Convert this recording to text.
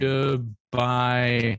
Goodbye